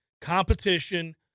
competition